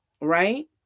right